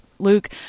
Luke